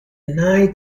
knight